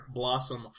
blossom